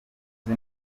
uzi